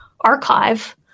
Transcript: archive